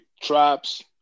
traps